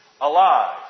alive